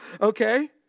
okay